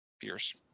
Pierce